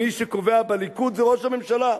מי שקובע בליכוד זה ראש הממשלה.